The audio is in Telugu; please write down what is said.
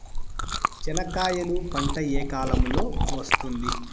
చెనక్కాయలు పంట ఏ కాలము లో వస్తుంది